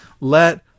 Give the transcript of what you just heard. let